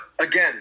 again